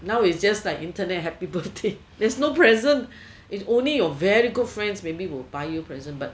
now it's just like internet happy birthday there's no present it only your very good friend maybe will buy you presents but